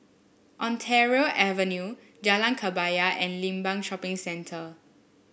Ontario Avenue Jalan Kebaya and Limbang Shopping Centre